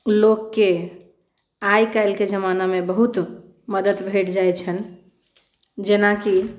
लोककेँ आइ काल्हिके जमानामे बहुत मदद भेट जाइत छैन्ह जेना कि